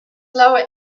lower